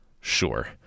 Sure